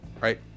right